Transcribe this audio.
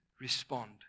respond